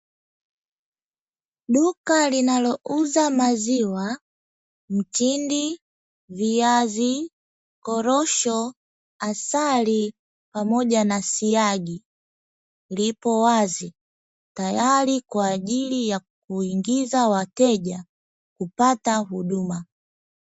Duka linalouza maziwa mtindi, viazi, korosho, asali pamoja na siagi lipo wazi tayari kwajili ya kuingiza wateja kupata huduma.